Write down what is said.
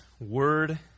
word